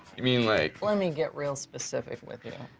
you mean like let me get real specific with you.